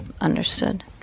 understood